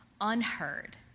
unheard